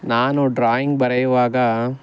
ನಾನು ಡ್ರಾಯಿಂಗ್ ಬರೆಯುವಾಗ